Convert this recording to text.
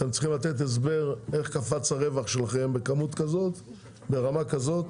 אתם צריכים לתת הסבר איך קפץ הרווח שלכם ברמה כזאת